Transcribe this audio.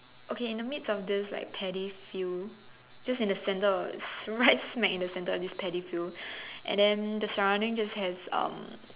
okay in the midst of this like paddy field just in the centre of it's right smack in the centre of this paddy field and then the surrounding just has um